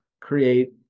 create